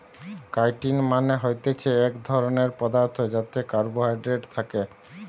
chitin মানে হতিছে এক ধরণের পদার্থ যাতে কার্বোহাইড্রেট থাকে